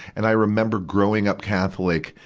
and i remember growing up catholic,